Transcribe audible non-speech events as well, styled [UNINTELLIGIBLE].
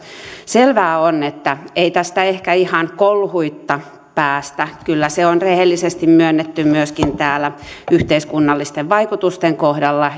selvää on että ei tästä ehkä ihan kolhuitta päästä kyllä se on rehellisesti myönnetty myöskin täällä yhteiskunnallisten vaikutusten kohdalla [UNINTELLIGIBLE]